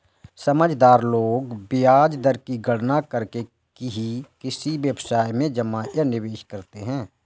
समझदार लोग ब्याज दर की गणना करके ही किसी व्यवसाय में जमा या निवेश करते हैं